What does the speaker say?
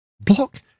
Block